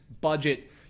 budget